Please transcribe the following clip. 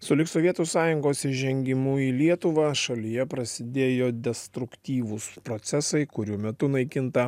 sulig sovietų sąjungos įžengimu į lietuvą šalyje prasidėjo destruktyvūs procesai kurių metu naikinta